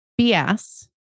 BS